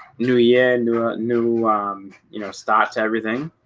new year new ah new you know stock to everything